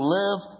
live